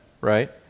right